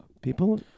people